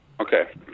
Okay